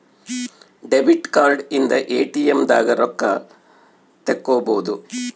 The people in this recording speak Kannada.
ಡೆಬಿಟ್ ಕಾರ್ಡ್ ಇಂದ ಎ.ಟಿ.ಎಮ್ ದಾಗ ರೊಕ್ಕ ತೆಕ್ಕೊಬೋದು